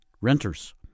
renters